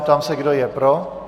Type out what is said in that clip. Ptám se, kdo je pro?